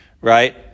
right